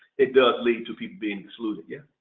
it does lead to people being excluded. yeah.